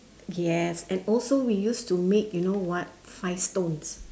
yes and also we used to make you know what five stones